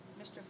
Mr